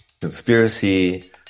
conspiracy